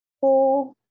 four